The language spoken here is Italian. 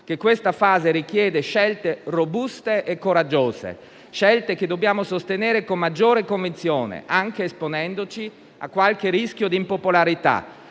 che questa fase richiede scelte robuste e coraggiose, scelte che dobbiamo sostenere con maggiore convinzione, anche esponendoci a qualche rischio di impopolarità,